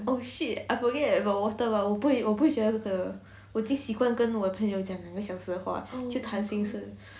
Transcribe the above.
oh shit I forget about water but 我不会我不会觉得渴我已经习惯跟我朋友讲两个小时的话就讲心事